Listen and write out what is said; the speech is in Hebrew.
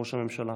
ראש הממשלה.